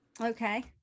Okay